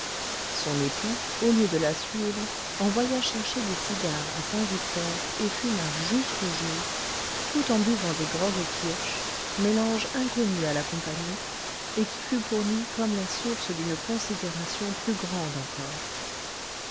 son époux au lieu de la suivre envoya chercher des cigares à saint-victor et fuma jusqu'au jour tout en buvant des grogs au kirsch mélange inconnu à la compagnie et qui fut pour lui comme la source d'une considération plus grande encore